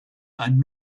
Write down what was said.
ein